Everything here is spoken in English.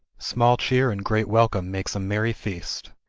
small cheer and great welcome makes a merry feast.